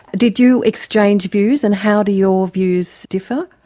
did you exchange views, and how do your views differ?